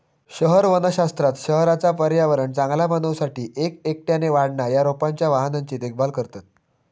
शहर वनशास्त्रात शहराचा पर्यावरण चांगला बनवू साठी एक एकट्याने वाढणा या रोपांच्या वाहनांची देखभाल करतत